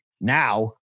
Now